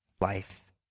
life